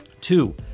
Two